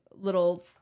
little